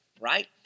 right